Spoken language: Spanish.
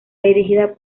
dirigida